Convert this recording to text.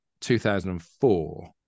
2004